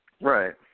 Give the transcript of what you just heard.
Right